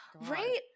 right